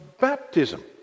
baptism